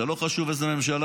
זה לא חשוב איזו ממשלה